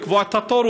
לקבוע את התור,